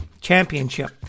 Championship